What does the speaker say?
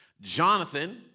Jonathan